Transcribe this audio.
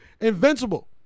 Invincible